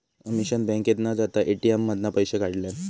अमीषान बँकेत न जाता ए.टी.एम मधना पैशे काढल्यान